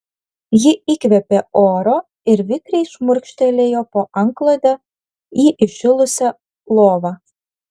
ji įkvėpė oro ir vikriai šmurkštelėjo po antklode į įšilusią lovą